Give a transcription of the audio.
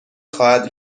خواهد